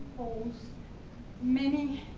holds many